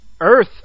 Earth